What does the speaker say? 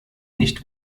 nicht